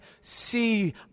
see